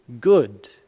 good